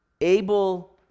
able